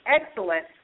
excellent